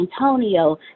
Antonio